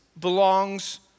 belongs